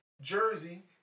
Jersey